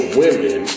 women